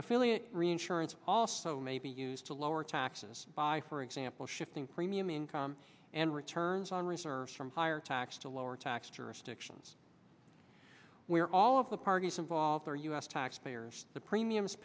affiliate reinsurance also may be used to lower taxes by for example shifting premium income and returns on research from higher tax to lower tax jurisdictions where all of the parties involved are u s taxpayers the premiums